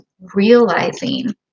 realizing